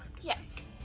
Yes